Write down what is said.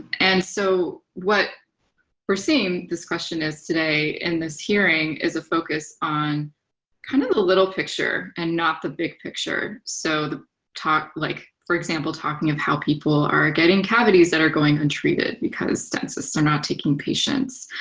and so what we're seeing, this question is today, in this hearing, is a focus on kind of the little picture and not the big picture. so talk like for example, talking of how people are getting cavities that are going untreated because dentists are not taking patients.